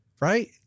right